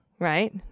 Right